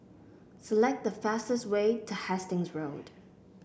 select the fastest way to Hastings Road